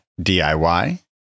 DIY